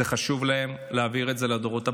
חשוב להם להעביר את זה לדורות הבאים.